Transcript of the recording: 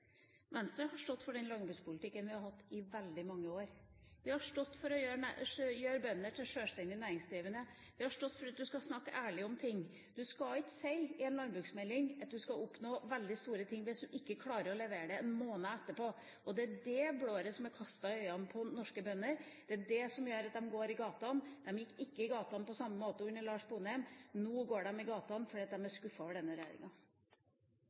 Venstre har stått for den samme landbrukspolitikken i veldig mange år. Vi har stått for å gjøre bøndene til sjølstendig næringsdrivende. Vi har stått for at man skal snakke ærlig om ting. Man skal ikke si i en landbruksmelding at man skal oppnå veldig store ting, hvis man ikke klarer å levere en måned etterpå. Det er det blåret som er kastet i øynene på norske bønder, det er det som gjør at de går i gatene. De gikk ikke i gatene på samme måte under Lars Sponheim. Nå går de i gatene fordi de er skuffet over denne regjeringa.